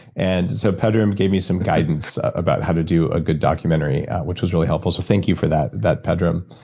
and so pedram gave me some guidance about how to do a good documentary which was really helpful so thank you for that that pedram.